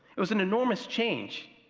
it was an enormous change,